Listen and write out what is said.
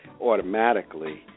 automatically